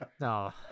No